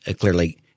clearly –